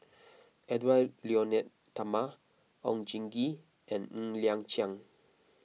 Edwy Lyonet Talma Oon Jin Gee and Ng Liang Chiang